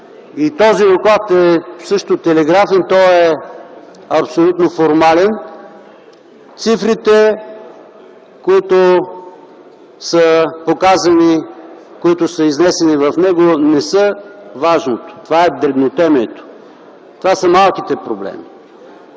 И този доклад също е телеграфен, той е абсолютно формален. Цифрите, които са показани, които са изнесени в него, не са важното – това е дребнотемието. Това са малките проблеми.